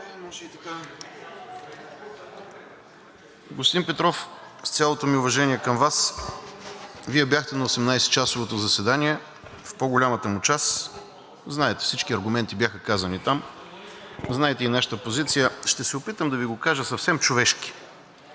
Господин Петров, с цялото ми уважение към Вас, Вие бяхте на 18-часовото заседание, в по-голямата му част – знаете всички аргументи бяха казани там. Знаете и нашата позиция. Ще се опитам да Ви го кажа съвсем човешки